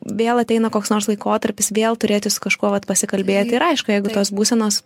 vėl ateina koks nors laikotarpis vėl turėti su kažkuo vat pasikalbėti ir aišku jeigu tos būsenos